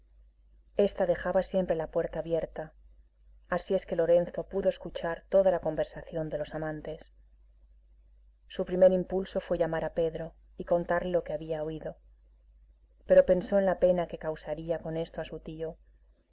esta dejaba siempre la puerta abierta así es que lorenzo pudo escuchar toda la conversación de los amantes su primer impulso fue llamar a pedro y contarle lo que había oído pero pensó en la pena que causaría con eso a su tío